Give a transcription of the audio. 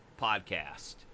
podcast